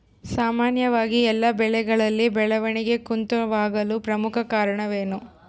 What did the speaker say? ಸಾಮಾನ್ಯವಾಗಿ ಎಲ್ಲ ಬೆಳೆಗಳಲ್ಲಿ ಬೆಳವಣಿಗೆ ಕುಂಠಿತವಾಗಲು ಪ್ರಮುಖ ಕಾರಣವೇನು?